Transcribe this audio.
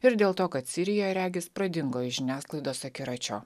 ir dėl to kad sirija regis pradingo iš žiniasklaidos akiračio